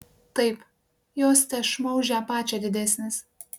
taip jos tešmuo už ją pačią didesnis